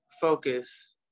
focus